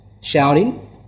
shouting